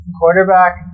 quarterback